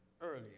earlier